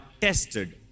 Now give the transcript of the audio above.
tested